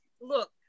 look